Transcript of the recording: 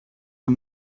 een